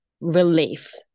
relief